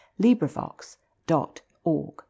LibriVox.org